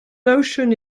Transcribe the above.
notion